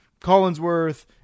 Collinsworth